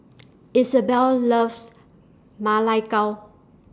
Isabelle loves Ma Lai Gao